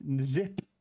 zip